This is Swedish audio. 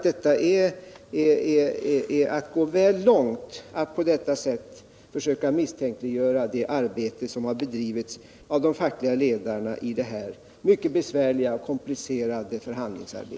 Det är att gå väl långt att på detta sätt försöka misstänkliggöra det arbete som bedrivits av de fackliga ledarna i de här mycket besvärliga och komplicerade förhandlingarna.